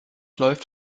läuft